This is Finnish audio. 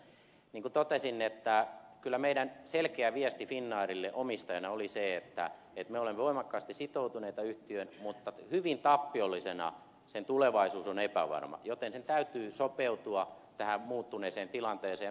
niin kuin totesin kyllä meidän selkeä viestimme finnairille omistajana oli se että me olemme voimakkaasti sitoutuneita yhtiöön mutta hyvin tappiollisena sen tulevaisuus on epävarma joten sen täytyy sopeutua tähän muuttuneeseen tilanteeseen